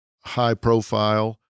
high-profile